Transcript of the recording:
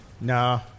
No